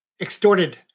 extorted